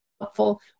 helpful